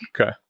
okay